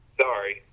sorry